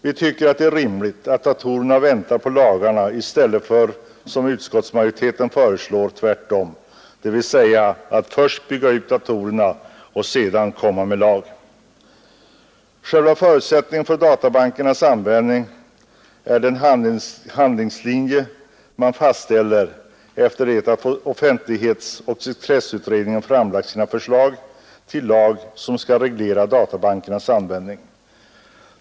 Vi tycker det är rimligt att datorerna väntar på lagarna i stället för tvärtom, som utskottsmajoriteten föreslår, dvs. att först bygga ut datorerna och sedan komma med lag. Själva förutsättningen för databankernas användning är den handlingslinje som fastställs efter det att offentlighetsoch sekretesslagstiftningskommittén framlagt sina förslag till lag som skall reglera databankernas användning.